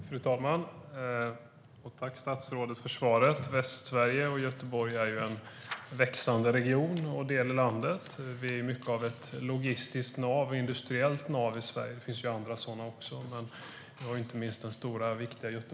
Fru talman! Tack, statsrådet, för svaret! Västsverige och Göteborg är en växande region. Vi är mycket av ett logistiskt och industriellt nav i Sverige, även om det finns andra sådana också. Göteborgs hamn är stor och viktig.